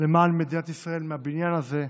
למען מדינת ישראל מהבניין הזה,